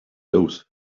those